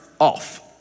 off